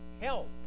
help